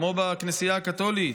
כמו בכנסייה הקתולית.